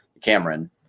Cameron